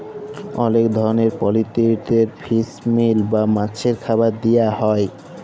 অলেক ধরলের পলটিরিদের ফিস মিল বা মাছের খাবার দিয়া হ্যয়